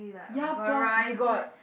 ya plus we got